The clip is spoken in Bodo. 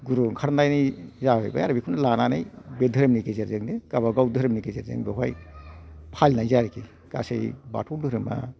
गुरु ओंखारनाय जालायबाय आरो बेखौ लानानै बे धोरोमनि गेजेरजोंनो बे गाबागाव धोरोमनि गेजेरजों बेवहाय फालिनाय जायो गासै बाथौ धोरोमा